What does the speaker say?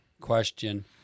question